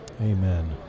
Amen